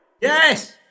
Yes